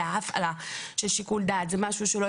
אלא הפעלה של שיקול דעת זה משהו שלא